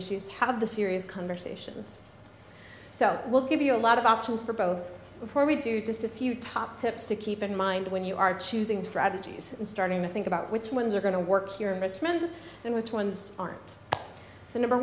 issues have the serious conversations so we'll give you a lot of options for both before we do just a few top tips to keep in mind when you are choosing strategies and starting to think about which ones are going to work here in richmond and which ones aren't so number